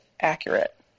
accurate